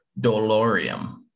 Dolorium